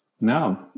No